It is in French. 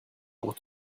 pour